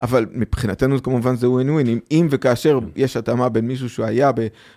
אבל מבחינתנו כמובן זה הוא עינוי, אם וכאשר יש התאמה בין מישהו שהיה ב...